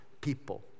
people